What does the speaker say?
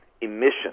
emissions